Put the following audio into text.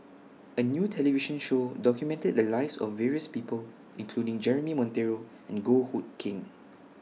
A New television Show documented The Lives of various People including Jeremy Monteiro and Goh Hood Keng